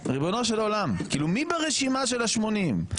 מי ברשימה של ה-80?